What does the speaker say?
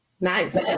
Nice